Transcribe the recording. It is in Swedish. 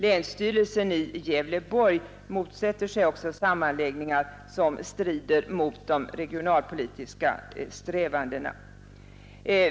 Länsstyrelsen i Gävleborgs län motsätter sig sammanläggningar som strider mot de regionalpolitiska strävandena.